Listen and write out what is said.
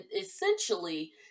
essentially